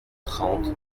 trente